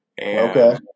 Okay